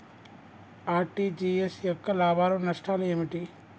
RTGS యొక్క లాభాలు నష్టాలు ఏమిటి?